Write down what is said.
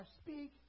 speak